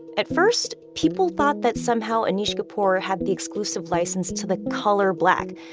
at first, people thought that somehow anish kapoor had the exclusive license to the color black,